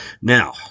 Now